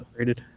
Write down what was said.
upgraded